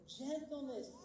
gentleness